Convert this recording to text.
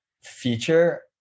feature